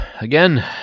again